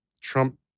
Trump